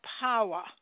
power